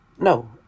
no